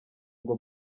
ngo